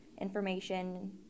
information